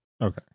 okay